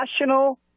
National